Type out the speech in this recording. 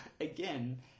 again